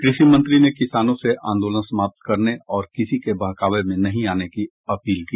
कृषि मंत्री ने किसानों से आंदोलन समाप्त करने और किसी के बहकावें में नहीं आने की अपील की